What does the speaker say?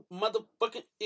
motherfucking